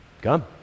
Come